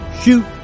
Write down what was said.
Shoot